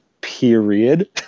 period